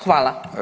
Hvala.